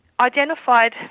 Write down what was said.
identified